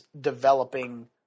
developing